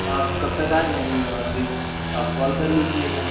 आप कब तक आ जाएँगे वहाँ पर आप कॉल कर लीजिएगा